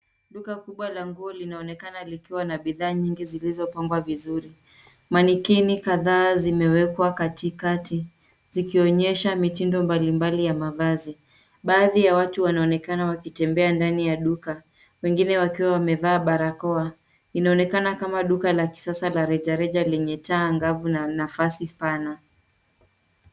Duka kubwa la nguo linaonekana likiwa na bidhaa nyingi zilizopangwa vizuri. Manekini kadhaa zimewekwa katikati zikionyesha mitindo mbalimbali ya mavazi. Baadhi ya watu wanaonekana wakitembea ndani ya duka, wengine wakiwa wamevaa barakoa. Inaonekana kama duka la kisasa la rejareja lenye taa angavu na nafasi pana.